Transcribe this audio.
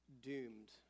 doomed